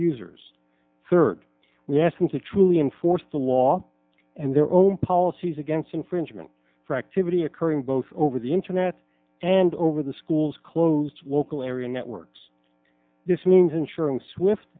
users third we ask them to truly enforce the law and their own policies against infringement for activity occurring both over the internet and over the schools closed local area networks this means ensuring swift